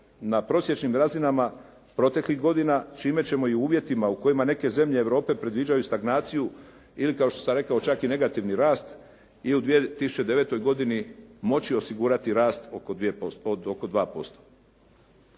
na prosječnim razinama proteklih godina čime ćemo i u uvjetima u kojima neke zemlje Europe predviđaju stagnaciju ili kao što sam rekao čak i negativni rast i u 2009. godini moći osigurati rast oko 2%.